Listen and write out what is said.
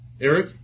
Eric